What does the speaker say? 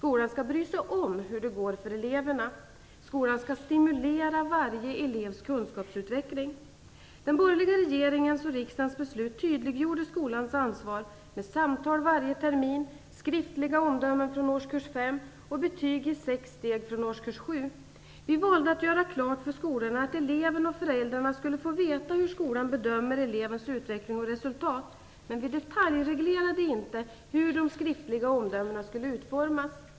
Skolan skall bry sig om hur det går för eleverna. Skolan skall stimulera varje elevs kunskapsutveckling. Den borgerliga regeringens och riksdagens beslut tydliggjorde skolans ansvar, med samtal varje termin, skriftliga omdömen från årskurs 5 och betyg i sex steg från årskurs 7. Vi valde att göra klart för skolorna att eleven och föräldrarna skulle få veta hur skolan bedömer elevens utveckling och resultat, men vi detaljreglerade inte hur de skriftliga omdömena skulle utformas.